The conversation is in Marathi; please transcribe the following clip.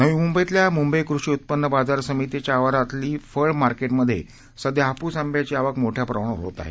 नवी मुंबईतल्या मुंबई कृषी उत्पन्न बाजार समितीच्या आवारातील फळ मार्केट मध्ये सध्या हापूस आंब्याची आवक मोठय़ा प्रमाणावर होत आहे